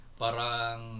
parang